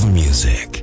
music